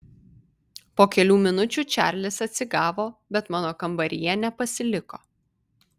po kelių minučių čarlis atsigavo bet mano kambaryje nepasiliko